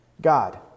God